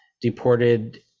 deported